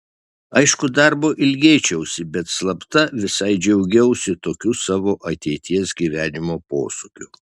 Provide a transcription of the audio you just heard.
aišku darbo ilgėčiausi bet slapta visai džiaugiausi tokiu savo ateities gyvenimo posūkiu